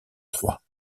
trois